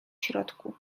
środku